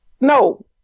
no